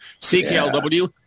CKLW